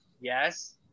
yes